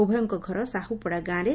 ଉଭୟଙ୍କ ଘର ସାହ୍ରପଡ଼ା ଗାଁରେ